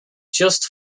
just